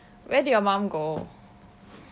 where did your mum go